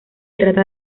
trata